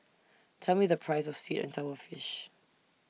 Tell Me The Price of Sweet and Sour Fish